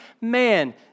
man